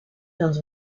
dans